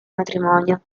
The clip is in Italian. matrimonio